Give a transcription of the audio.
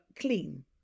clean